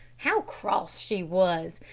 how cross she was!